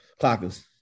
Clockers